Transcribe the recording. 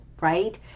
right